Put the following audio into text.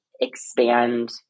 expand